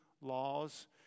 laws